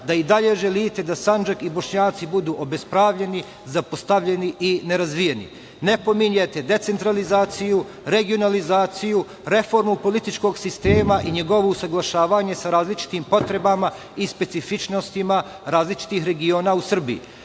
da i dalje želite da Sandžak i Bošnjaci budu obespravljeni, zapostavljeni i nerazvijeni. Ne pominjete decentralizaciju, regionalizaciju, reformu političkog sistema i njegovo usaglašavanje sa različitim potrebama i specifičnostima različitih regiona u Srbiji. Kada